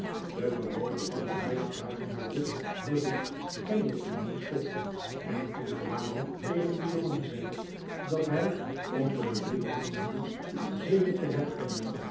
de bewonefs van net huis raakten door dit verzoek kennelijk van hun stuk en toen de dame tegen den jongen zei dat hij om de bedoelde groene koets zeker te herkennen